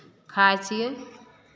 खाइ छियै